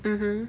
mmhmm